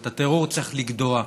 את הטרור צריך לגדוע,